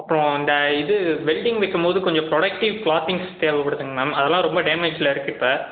அப்புறம் அந்த இது வெல்டிங் வைக்கும்போது கொஞ்சம் ப்ரொடக்டிவ் க்ளாத்திங்ஸ் தேவைப்படுதுங்க மேடம் அதெல்லாம் ரொம்ப டேமேஜ்ஜில் இருக்குது இப்போ